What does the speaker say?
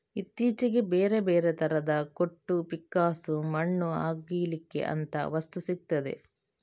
ಇತ್ತೀಚೆಗೆ ಬೇರೆ ಬೇರೆ ತರದ ಕೊಟ್ಟು, ಪಿಕ್ಕಾಸು, ಮಣ್ಣು ಅಗೀಲಿಕ್ಕೆ ಅಂತ ವಸ್ತು ಸಿಗ್ತದೆ